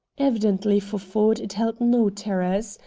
evidently for ford it held no terrors.